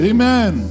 Amen